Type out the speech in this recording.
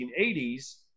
1980s